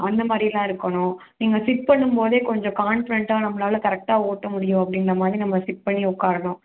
அந்த மாதிரியெல்லாம் இருக்கணும் நீங்கள் கிக் பண்ணும்போதே கொஞ்சம் கான்ஃபிடெண்டாக நம்மளால் கரெக்டாக ஓட்ட முடியும் அப்படின்ற மாதிரி நம்ம கிக் பண்ணி உட்காரணும்